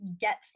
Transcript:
get